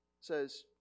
says